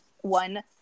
one